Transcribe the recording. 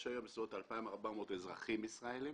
יש היום בסביבות 2,400 אזרחים ישראלים,